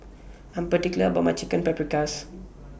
I Am particular about My Chicken Paprikas